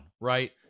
right